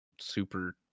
super